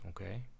okay